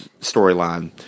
storyline